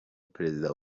perezida